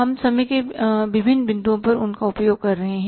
हम समय के विभिन्न बिंदुओं पर उनका उपयोग कर रहे हैं